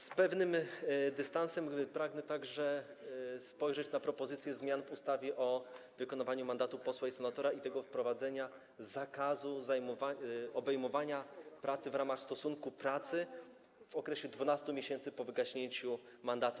Z pewnym dystansem pragnę także spojrzeć na propozycje zmian w ustawie o wykonywaniu mandatu posła i senatora oraz wprowadzenia zakazu podejmowania pracy w ramach stosunku pracy w okresie 12 miesięcy po wygaśnięciu mandatu.